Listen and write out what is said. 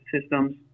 systems